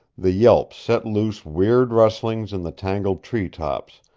the yelp set loose weird rustlings in the tangled treetops,